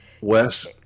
Wes